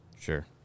Sure